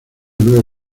nueve